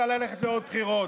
ישראל לבג"ץ.